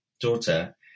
daughter